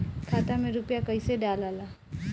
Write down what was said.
खाता में रूपया कैसे डालाला?